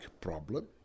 problem